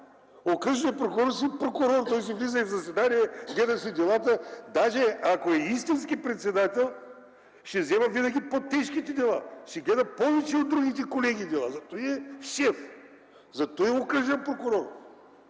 Окръжният прокурор си е прокурор – той си влиза в заседания, гледа си делата. Даже, ако е истински председател, ще взема винаги по-тежките дела, ще гледа повече дела от другите колеги! Затова е шеф, затова е окръжен прокурор!